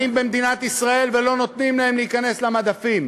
במדינת ישראל ולא נותנים להם להיכנס למדפים,